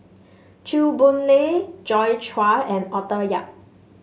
Chew Boon Lay Joi Chua and Arthur Yap